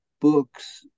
books